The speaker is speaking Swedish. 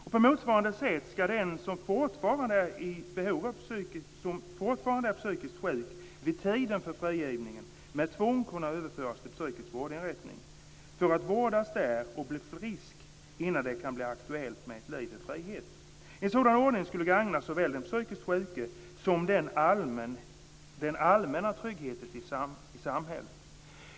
På motsvarande sätt ska den som fortfarande är psykiskt sjuk vid tiden för frigivningen med tvång kunna överföras till psykisk vårdinrättning för att vårdas där och bli frisk innan det kan bli aktuellt med ett liv i frihet. En sådan ordning skulle gagna såväl den psykiskt sjuke som den allmänna tryggheten i samhället.